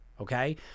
okay